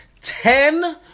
Ten